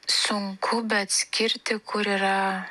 sunku beatskirti kur yra